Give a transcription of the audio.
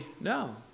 No